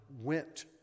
went